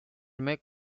met